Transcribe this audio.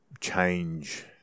change